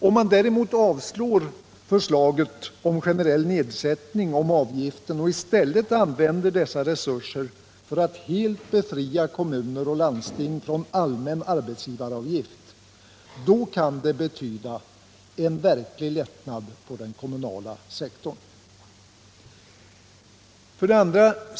Om man däremot avslår förslaget om generell nedsättning av avgiften och i stället använder dessa resurser för att helt befria kommuner och landsting från allmän arbetsgivaravgift, då kan det betyda en verklig lättnad på den kommunala sektorn. 2.